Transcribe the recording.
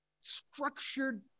structured